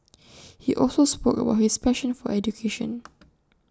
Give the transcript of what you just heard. he also spoke about his passion for education